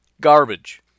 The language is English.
Garbage